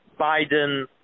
Biden